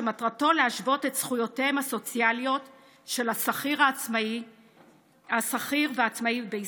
שמטרתו להשוות את זכויותיהם הסוציאליות של השכיר והעצמאי בישראל.